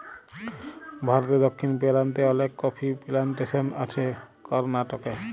ভারতে দক্ষিণ পেরান্তে অলেক কফি পিলানটেসন আছে করনাটকে